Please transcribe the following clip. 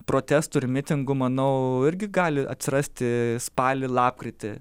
protestų ir mitingų manau irgi gali atsirasti spalį lapkritį